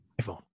iPhone